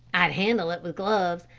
i'd handle it with gloves,